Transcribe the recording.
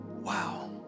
Wow